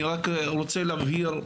רוצה להבהיר,